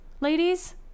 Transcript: ladies